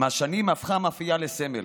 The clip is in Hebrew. עם השנים הפכה המאפייה לסמל.